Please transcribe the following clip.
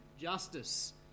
Justice